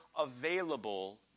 available